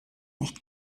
nicht